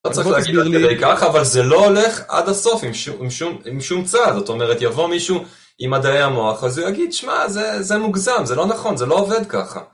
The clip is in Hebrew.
לא צריך להגיד עד כדי כך, אבל זה לא הולך עד הסוף עם שום צעד, זאת אומרת, יבוא מישהו ממדעי המוח, אז הוא יגיד, שמע, זה מוגזם, זה לא נכון, זה לא עובד ככה.